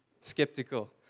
skeptical